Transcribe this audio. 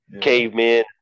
cavemen